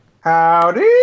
Howdy